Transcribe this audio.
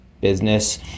business